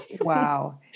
wow